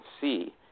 see